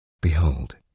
Behold